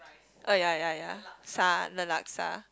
oh ya ya ya ~sa the laksa